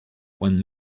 when